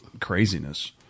craziness